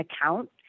account